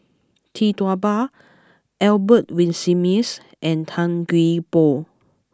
Tee Tua Ba Albert Winsemius and Tan Gee Paw